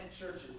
churches